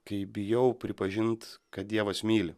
kai bijau pripažint kad dievas myli